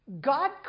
God